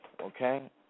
Okay